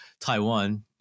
Taiwan